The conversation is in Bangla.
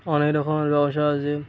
অনেক রকমের ব্যবসা আছে